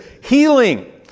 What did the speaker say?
healing